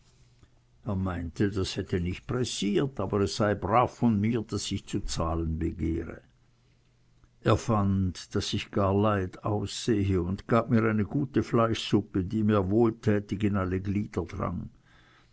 er meinte das hätte nicht pressiert aber es sei brav von mir daß ich zu zahlen begehre er fand daß ich gar leid aussehe und gab mir eine gute fleischsuppe die mir wohltätig in alle glieder drang